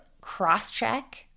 cross-check